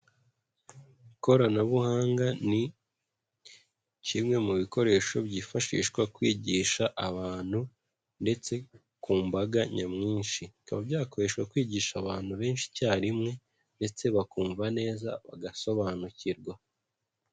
Ikoranabuhanga ni kimwe mu bikoresho byifashishwa kwigisha abantu ndetse ku mbaga nyamwinshi, bikaba byakoreshwa kwigisha abantu benshi icyarimwe ndetse bakumva neza, bagasobanukirwa.